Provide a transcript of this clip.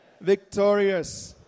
victorious